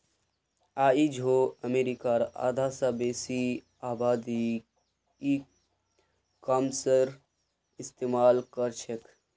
आइझो अमरीकार आधा स बेसी आबादी ई कॉमर्सेर इस्तेमाल करछेक